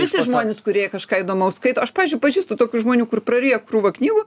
visi žmonės kurie kažką įdomaus skaito aš pavyzdžiui pažįstu tokių žmonių kur praryja krūvą knygų